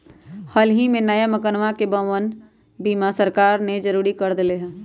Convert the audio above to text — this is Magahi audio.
हल ही में नया मकनवा के भवन बीमा सरकार ने जरुरी कर देले है